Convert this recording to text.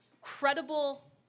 credible